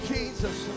Jesus